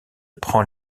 prend